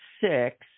six